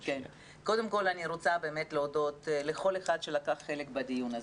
קודם כל אני רוצה באמת להודות לכל אחד שלקח חלק בדיון הזה,